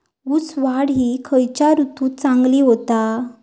ऊस वाढ ही खयच्या ऋतूत चांगली होता?